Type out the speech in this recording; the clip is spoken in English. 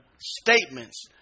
statements